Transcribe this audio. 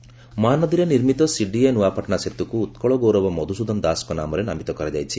ନ୍ଆପାଟଣା ସେତୁ ମହାନଦୀରେ ନିର୍ମିତ ସିଡିଏ ନ୍ଆପାଟଣା ସେତୁକୁ ଉକ୍ଳ ଗୌରବ ମଧୁସୂଦନ ଦାସଙ୍କ ନାମରେ ନାମିତ କରାଯାଇଛି